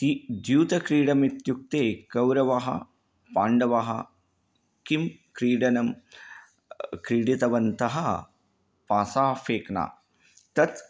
दि द्यूतक्रीडा इत्युक्ये कौरवाः पाण्डवः किं क्रीडनं क्रीडितवन्तः पासाफ़ेक्ना तत्